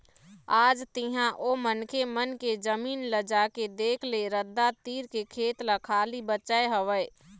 आज तेंहा ओ मनखे मन के जमीन ल जाके देख ले रद्दा तीर के खेत ल खाली बचाय हवय